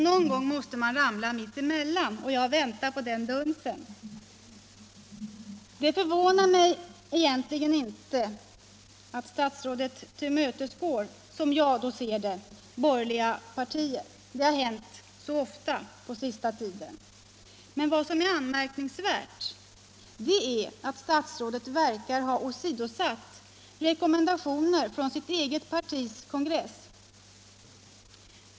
Någon gång måste man ramla mitt emellan — jag väntar på den dunsen. Det förvånar mig egentligen inte att statsrådet — som jag ser det — tillmötesgår borgerliga partier. Det har hänt så ofta på sista tiden. Men vad som är anmärkningsvärt är att statsrådet verkar ha åsidosatt rekommendationer från sitt eget partis kongress.